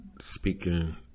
speaking